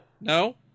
No